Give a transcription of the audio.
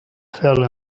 fell